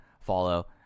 follow